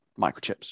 microchips